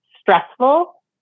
stressful